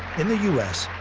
in the u s,